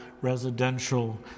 residential